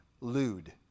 lewd